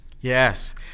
yes